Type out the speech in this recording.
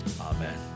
amen